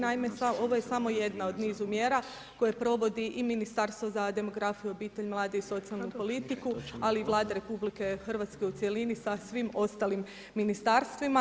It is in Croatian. Naime, ovo je samo jedna u nizu mjera koje provodi i Ministarstvo za demografiju, obitelj, mlade i socijalnu politiku, ali i Vlada RH u cjelini sa svim ostalim ministarstvima.